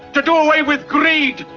to do away with greed,